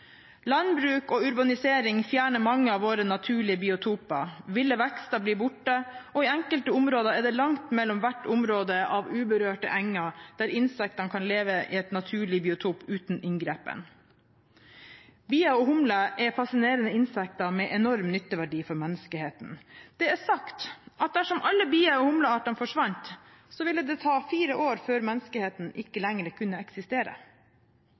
Landbruk og urbanisering fjerner mange av våre naturlige biotoper. Ville vekster blir borte, og i enkelte områder er det langt mellom hvert område av uberørte enger der insektene kan leve i en naturlig biotop, uten inngripen. Bier og humler er fascinerende insekter, med enorm nytteverdi for menneskeheten. Det er sagt at dersom alle bie- og humleartene forsvant, ville det ta fire år før menneskeheten ikke lenger kunne eksistere.